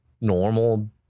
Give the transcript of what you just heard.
normal